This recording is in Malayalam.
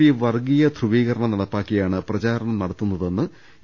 പി വർഗീയ ധ്രുവീകരണം നടപ്പാക്കിയാണ് പ്രചാ രണം നടത്തുന്നതെന്ന് എ